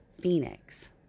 Phoenix